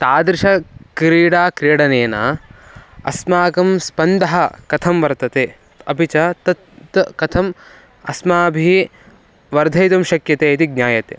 तादृशक्रीडा क्रीडनेन अस्माकं स्पन्दः कथं वर्तते अपि च तत् कथम् अस्माभिः वर्धयितुं शक्यते इति ज्ञायते